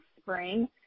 spring